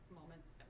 moments